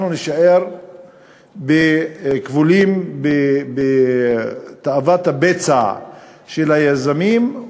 אנחנו נישאר כבולים בתאוות הבצע של היזמים,